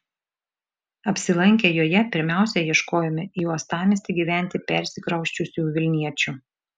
apsilankę joje pirmiausia ieškojome į uostamiestį gyventi persikrausčiusių vilniečių